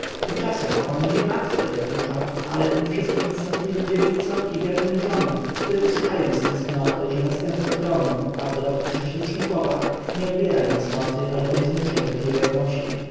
tymczasem on nie matce dokucza ale tym wszystkim cnotliwym dziewicom i wiernym żonom które usychają z tęsknoty że następca tronu a w dodatku prześliczny chłopak nie odbiera im cnoty albo nie zmusza ich do niewierności